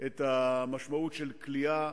את המשמעות של כליאה,